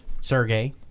Sergey